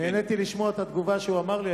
נהניתי לשמוע את התגובה שהוא אמר לי.